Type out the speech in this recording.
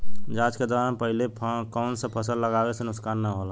जाँच के दौरान पहिले कौन से फसल लगावे से नुकसान न होला?